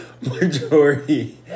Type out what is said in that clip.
majority